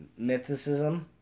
mythicism